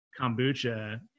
kombucha